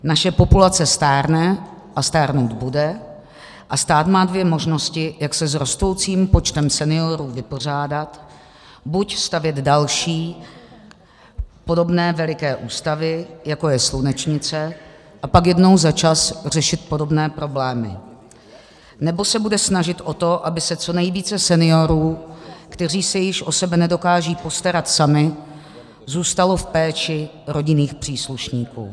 Naše populace stárne a stárnout bude a stát má dvě možnosti, jak se s rostoucím počtem seniorů vypořádat: buď stavět další podobné veliké ústavy, jako je Slunečnice, a pak jednou za čas řešit podobné problémy, nebo se bude snažit o to, aby co nejvíce seniorů, kteří se již o sebe nedokážou postarat sami, zůstalo v péči rodinných příslušníků.